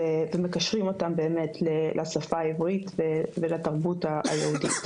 ומקשרים אותם באמת לשפה העברית ולתרבות היהודית.